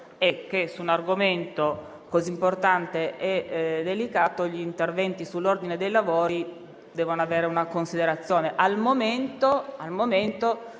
è che su un argomento così importante e delicato gli interventi sull'ordine dei lavori debbano avere una considerazione: al momento,